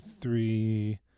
three